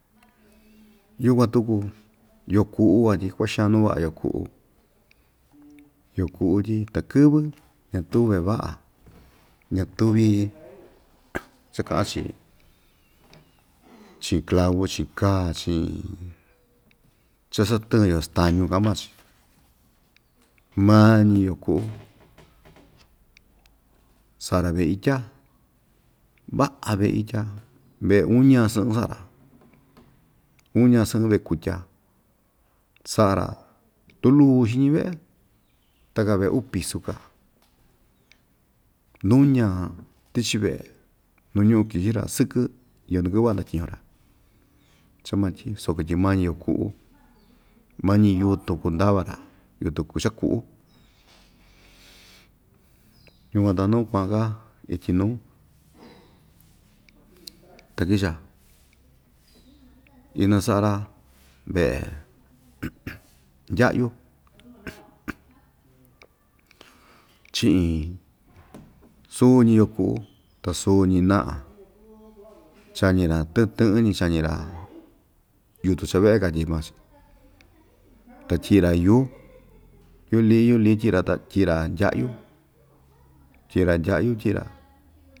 Yukuan tuku yo'o ku'u van tyi kua'a xan nu va'a yo'o ku'u yo'o ku'u tyi takɨ́vɨ ñatu ve'e va'a ñatuvi cha ka'an‑chi chi'in clau chi'in kaa chi'in chasatɨɨn‑yo stañu ka'an maa‑chi mañi yo'o ku'u sa'a‑ra ve'e itya va'a ve'e itya ve'e uña sɨ'ɨn sa'a‑ra uña sɨ'ɨn ve'e kutya sa'a‑ra tulu xiñi ve'e ta kaa ve'e uu pisu kaa nuña tichi ve'e nu ñu'u kixi‑ra sɨkɨ iyo nu kɨ'ɨ va'a ndatyiñu‑ra chamatyi soko tyi mañi yo'o ku'u mañi yutun kuu ndava‑ra yutun kuu chaku'ú yukuan ta nu kua'an‑ka ityi nuu ta kicha inasa'a‑ra ve'e ndya'yu chi'in suuñi yo'o ku'u ta suñi na'a chañi‑ra tɨ'ɨn tɨ'ɨn‑ñi chañi‑ra yutun cha'a ve'e katyi maa‑chi ta tyi'i‑ra yuu yuu li'i yuu li'i tyi'i‑ra ta tyi'i‑ra ndya'yu tyi'i‑ra ndya'yu tyi'i‑ra.